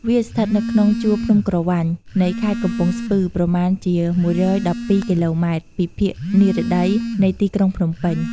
វាស្ថិតនៅក្នុង ជួរភ្នំក្រវាញ នៃខេត្តកំពង់ស្ពឺ ប្រមាណជា ១១២ គីឡូម៉ែត្រ ពីភាគនិរតីនៃទីក្រុងភ្នំពេញ។